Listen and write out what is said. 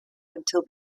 until